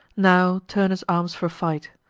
now turnus arms for fight.